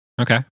Okay